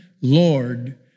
Lord